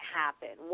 happen